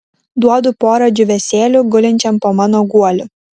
duodu porą džiūvėsėlių gulinčiam po mano guoliu